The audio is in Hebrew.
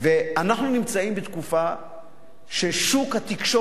שוק התקשורת,